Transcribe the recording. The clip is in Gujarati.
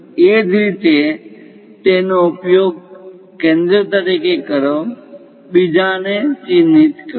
એ જ રીતે તેનો ઉપયોગ કેન્દ્ર તરીકે કરો બીજાને ચિહ્નિત કરો